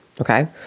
Okay